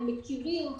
הם מכירים,